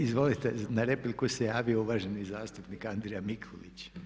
Izvolite, na repliku se javio uvaženi zastupnik Andrija Mikulić.